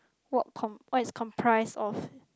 what com~ what is comprised of